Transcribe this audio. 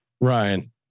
Ryan